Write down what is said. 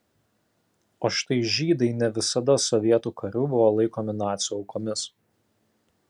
o štai žydai ne visada sovietų karių buvo laikomi nacių aukomis